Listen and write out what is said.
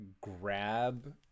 grab